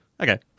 Okay